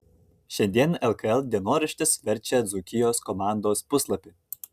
šiandien lkl dienoraštis verčia dzūkijos komandos puslapį